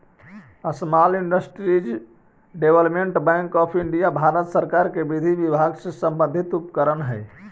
small industries development bank of India Bharat सरकार के विधि विभाग से संबंधित उपक्रम हइ